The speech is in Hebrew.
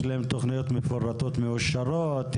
יש להם תוכניות מפורטות ומאושרות,